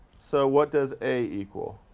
so what does a equal?